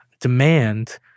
demand